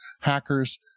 hackers